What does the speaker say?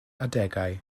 adegau